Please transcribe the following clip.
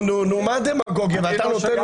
מה הדמגוגיה הזאת?